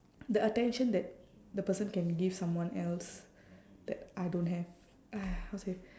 the attention that the person can give someone else that I don't have !aiya! how to say